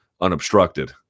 unobstructed